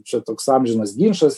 čia toks amžinas ginčas